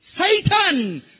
Satan